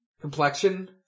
Complexion